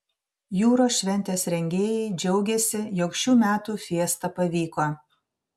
jūros šventės rengėjai džiaugiasi jog šių metų fiesta pavyko